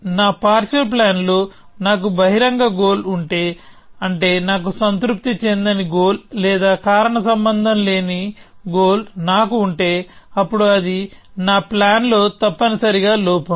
నా partial plan లో నాకు బహిరంగ గోల్ ఉంటే అంటే నాకు సంతృప్తి చెందని గోల్ లేదా కారణ సంబంధం లేని గోల్ నాకు ఉంటే అప్పుడు అది నా ప్లాన్ లో తప్పనిసరిగా లోపం